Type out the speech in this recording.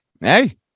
Hey